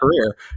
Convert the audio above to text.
career